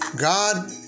God